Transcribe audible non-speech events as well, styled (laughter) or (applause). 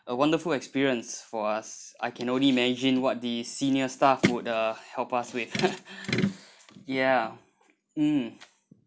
a wonderful experience for us I can only imagine what the senior staff would uh help us with (laughs) (breath) ya mm